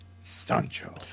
Sancho